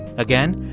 again,